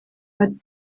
ati